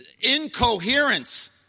incoherence